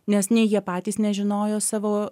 nes nei jie patys nežinojo savo